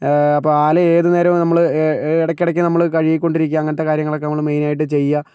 അപ്പോൾ ആല ഏതുനേരവും നമ്മള് ഇടയ്ക്ക് ഇടയ്ക്ക് നമ്മള് കഴുകിക്കൊണ്ടിരിക്കുക അങ്ങനത്തെ കാര്യങ്ങളൊക്കേ നമ്മള് മൈനായിട്ട് ചെയ്യുക